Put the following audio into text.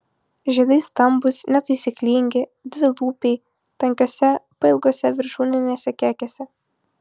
žiedai stambūs netaisyklingi dvilūpiai tankiose pailgose viršūninėse kekėse